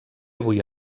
avui